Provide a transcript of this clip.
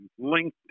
LinkedIn